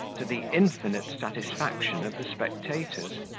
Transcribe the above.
to the infinite satisfaction of the spectators.